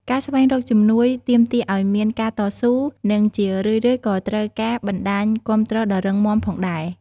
ការស្វែងរកជំនួយទាមទារឱ្យមានការតស៊ូ និងជារឿយៗក៏ត្រូវការបណ្តាញគាំទ្រដ៏រឹងមាំផងដែរ។